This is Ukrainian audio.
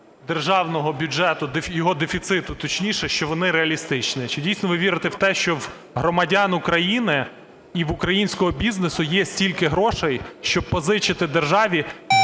державного бюджету, його дефіциту, точніше, що вони реалістичні? Чи дійсно ви вірити в те, що в громадян України і в українського бізнесу є стільки грошей, щоб позичити державі